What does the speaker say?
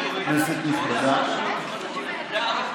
כנסת נכבדה,